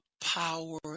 power